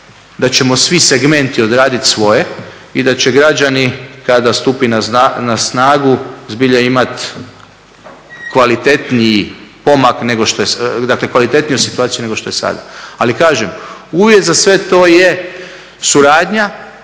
da ćemo svi segmenti odradit svoje i da će građani kada stupi na snagu zbilja imat kvalitetniji pomak nego što je, dakle kvalitetniju situaciju